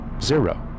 Zero